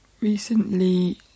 recently